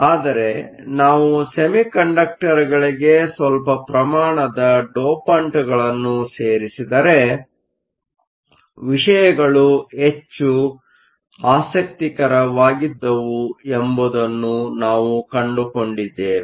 ಆದರೆ ನಾವು ಸೆಮಿಕಂಡಕ್ಟರ್ಗಳಿಗೆ ಸ್ವಲ್ಪ ಪ್ರಮಾಣದ ಡೋಪಂಟ್ಗಳನ್ನು ಸೇರಿಸಿದರೆ ವಿಷಯಗಳು ಹೆಚ್ಚು ಆಸಕ್ತಿಕರವಾಗಿದ್ದವು ಎಂಬುದನ್ನು ನಾವು ಕಂಡುಕೊಂಡಿದ್ದೇವೆ